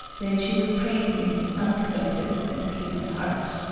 then she would praise me as uncovetous and clean of heart.